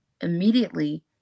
Immediately